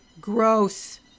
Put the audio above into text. gross